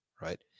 right